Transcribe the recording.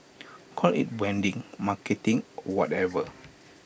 call IT branding marketing or whatever